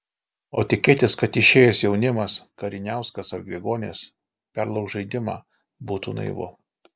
o tikėtis kad išėjęs jaunimas kariniauskas ar grigonis perlauš žaidimą būtų naivu